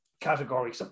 category